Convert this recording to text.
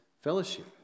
fellowship